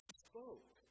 spoke